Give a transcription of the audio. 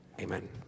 amen